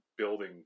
Building